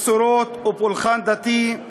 מסורות ופולחן דתי,